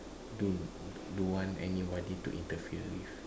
don't don't want anybody to interfere with